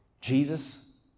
Jesus